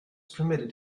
permitted